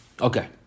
Okay